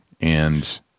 and-